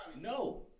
no